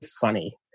funny